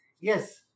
Yes